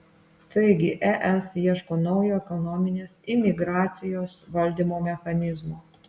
taigi es ieško naujo ekonominės imigracijos valdymo mechanizmo